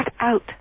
out